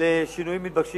לשינויים מתבקשים